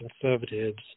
conservatives